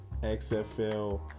XFL